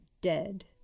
dead